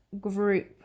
group